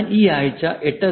ഞാൻ ആഴ്ച 8